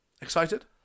Excited